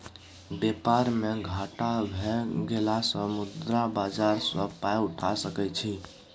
बेपार मे घाटा भए गेलासँ मुद्रा बाजार सँ पाय उठा सकय छी